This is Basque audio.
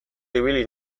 ibili